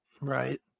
Right